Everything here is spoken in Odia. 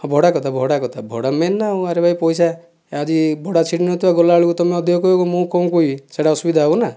ଭଡ଼ା କଥା ଭଡ଼ା କଥା ଭଡ଼ା ମେନ୍ ନା ଆରେ ଭାଇ ପଇସା ଆଜି ଭଡ଼ା ଛିଡ଼ି ନଥିବ ଗଲା ବେଳକୁ ତମେ ଅଧିକ କହିବି ମୁଁ କଣ କହିବି ସେଟା ଅସୁବିଧା ହବ ନା